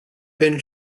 been